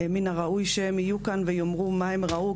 מן הראוי שהם יהיו כאן ויאמרו מה הם ראו,